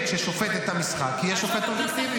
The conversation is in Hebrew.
ששופט את המשחק יהיה שופט אובייקטיבי.